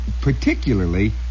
particularly